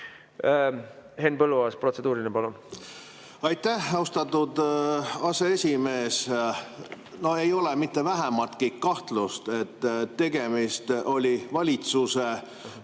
Henn Põlluaas, protseduuriline, palun! Aitäh, austatud aseesimees! No ei ole mitte vähimatki kahtlust, et tegemist oli valitsuse